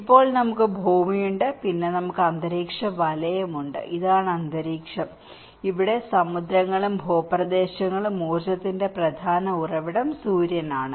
ഇപ്പോൾ നമുക്ക് ഭൂമിയുണ്ട് പിന്നെ നമുക്ക് അന്തരീക്ഷ വലയമുണ്ട് ഇതാണ് അന്തരീക്ഷം ഇവിടെ ഈ സമുദ്രങ്ങളും ഭൂപ്രദേശങ്ങളും ഊർജ്ജത്തിന്റെ പ്രധാന ഉറവിടവും സൂര്യനാണ്